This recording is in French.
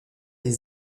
est